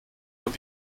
und